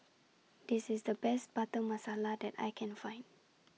This IS The Best Butter Masala that I Can Find